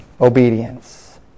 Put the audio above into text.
Obedience